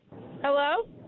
Hello